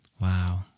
Wow